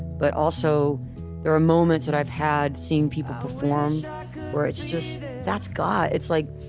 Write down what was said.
but also there are moments that i've had seeing people perform where it's just that's god. it's like,